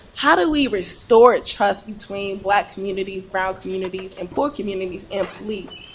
how do we restore trust between black communities, brown communities, and poor communities and police.